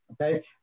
Okay